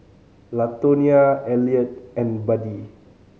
Latonia Eliot and Buddie